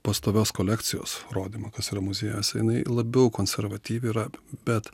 pastovios kolekcijos rodymą kas yra muziejuose jinai labiau konservatyvi yra bet